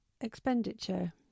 expenditure